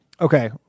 Okay